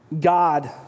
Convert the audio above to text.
God